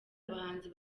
abahanzi